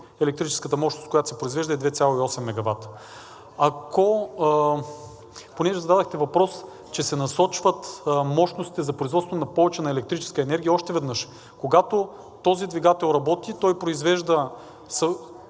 електрическата мощност, която се произвежда, е 2,8 мегавата. Понеже зададохте въпрос, че се насочват мощностите за производство повече на електрическа енергия, още веднъж – когато този двигател работи, той произвежда